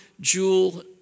jewel